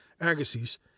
Agassiz